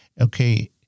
Okay